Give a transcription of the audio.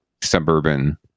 suburban